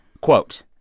Quote